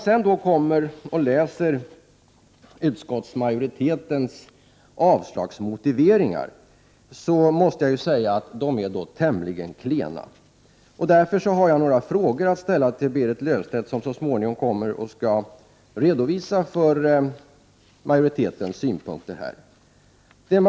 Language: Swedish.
Sedan jag läst utskottsmajoritetens avslagsmotiveringar måste jag säga att de är tämligen klena. Därför har jag några frågor att ställa till Berit Löfstedt, som så småningom här kommer att redovisa majoritetens synpunkter.